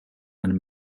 and